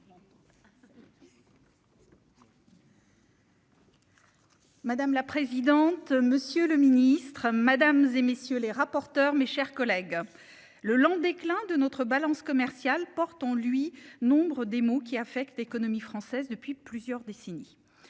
Madame la présidente. Monsieur le Ministre, Madame et messieurs les rapporteurs, mes chers collègues. Le lent déclin de notre balance commerciale porte en lui. Nombre des maux qui affectent l'économie française depuis plusieurs décennies.